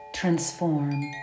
transform